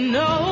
no